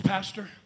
Pastor